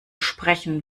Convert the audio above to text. sprechen